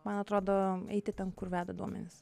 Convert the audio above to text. man atrodo eiti ten kur veda duomenys